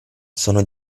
sono